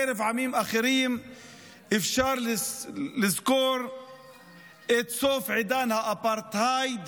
בקרב עמים אחרים אפשר לזכור את סוף עידן האפרטהייד